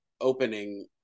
opening